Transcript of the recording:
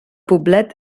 poblet